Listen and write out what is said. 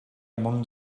among